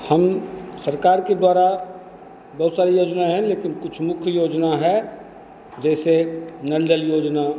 हम सरकार के द्वारा बहुत सारी योजना हैं लेकिन कुछ मुख्य योजना है जैसे नल जल योजना